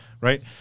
right